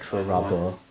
I don't want